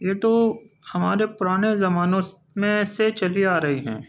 یہ تو ہمارے پرانے زمانوں میں سے چلی آ رہی ہیں